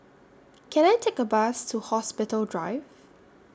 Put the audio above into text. Can I Take A Bus to Hospital Drive